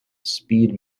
speed